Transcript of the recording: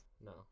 No